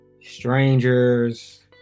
Strangers